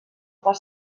per